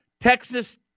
Texas